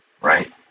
right